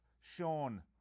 Sean